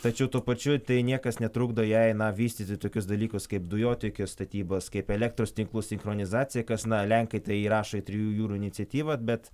tačiau tuo pačiu tai niekas netrukdo jai na vystyti tokius dalykus kaip dujotiekio statybas kaip elektros tinklų sinchronizacija kas na lenkai tai įrašo į trijų jūrų iniciatyvą bet